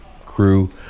crew